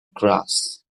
grass